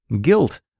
Guilt